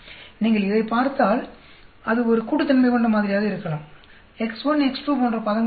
நீங்கள் இதைப் பார்த்தால் அது ஒரு கூட்டுத்தன்மைகொண்ட மாதிரியாக இருக்கலாம் x1 x2 போன்ற பதங்கள் இருக்காது